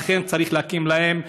לכן צריך להקים להם,